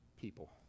people